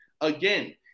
Again